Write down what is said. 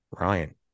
Ryan